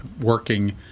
working